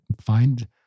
find